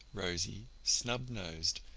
rosy, snub-nosed,